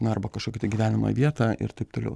na arba kažkokią tai gyvenamą vietą ir taip toliau